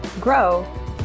Grow